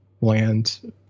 land